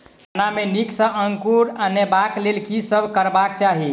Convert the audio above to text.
चना मे नीक सँ अंकुर अनेबाक लेल की सब करबाक चाहि?